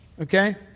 okay